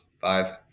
five